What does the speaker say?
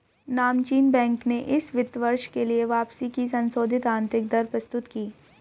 नामचीन बैंक ने इस वित्त वर्ष के लिए वापसी की संशोधित आंतरिक दर प्रस्तुत की